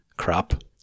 crap